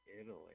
Italy